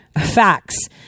Facts